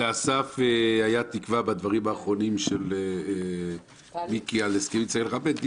לאסף הייתה תקווה בדברים האחרונים של מיקי על הסכמים שצריך לכבד,